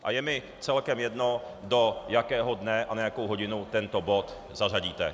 A je mi celkem jedno, do jakého dne a na jakou hodinu tento bod zařadíte.